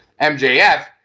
MJF